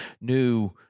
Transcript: new